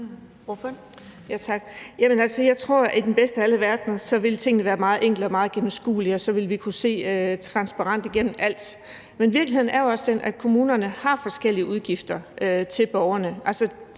jeg tror, at i den bedste af alle verdener ville tingene være meget enkle og meget gennemskuelige, og så ville vi kunne se transparent igennem alt. Men virkeligheden er jo også den, at kommunerne har forskellige udgifter til borgerne.